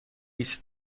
است